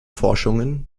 forschungen